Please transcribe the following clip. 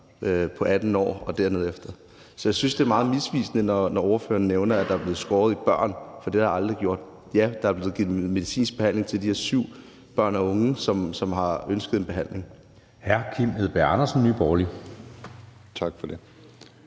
er 18 år. Så jeg synes, det er meget misvisende, når ordføreren nævner, at der er blevet skåret i børn, for det er aldrig sket. Ja, der er blevet givet medicinsk behandling til de her syv børn og unge, som har ønsket en behandling.